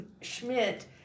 Schmidt